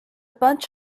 bunch